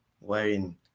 wearing